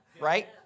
right